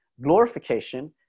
Glorification